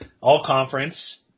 all-conference